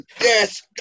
Yes